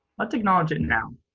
let's acknowledge it now.